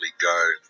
go